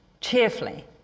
cheerfully